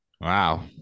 Wow